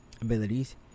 abilities